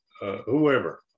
whoever